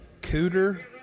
Cooter